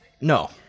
No